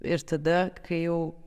ir tada kai jau